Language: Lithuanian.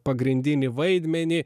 pagrindinį vaidmenį